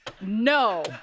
No